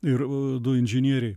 ir du inžinieriai